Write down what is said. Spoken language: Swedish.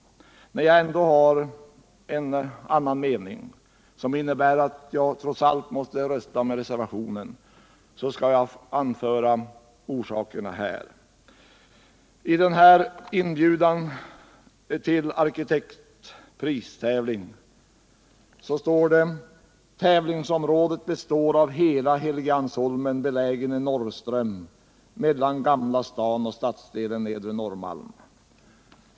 Eftersom jag ändå har en annan mening, som innebär att jag trots allt måste rösta på reservationen, skall jag nu anföra orsakerna härtill. I inbjudan till arkitektpristävlingen står det att tävlingsområdet består av hela Helgeandsholmen, belägen vid Norrström mellan Gamla stan och stadsdelen nedre Norrmalm.